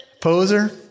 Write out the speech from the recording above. Poser